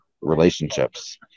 relationships